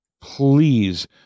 please